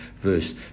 verse